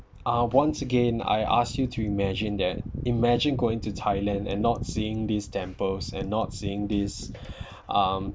uh once again I ask you to imagine that imagine going to thailand and not seeing these temples and not seeing these um